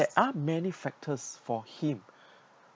that are many factors for him